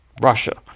Russia